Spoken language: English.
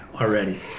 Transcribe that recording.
already